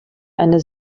eine